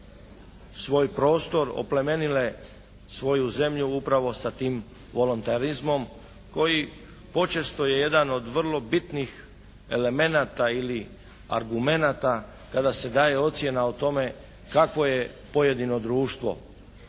svoj prostor, oplemenile svoju zemlju upravo sa tim volontarizmom koji počesto je jedan od vrlo bitnih elememenata ili argumenata kada se daje ocjena o tome kakvo je pojedino društvo.